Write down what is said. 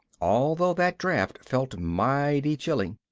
although that draft felt mighty chilly.